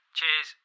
Cheers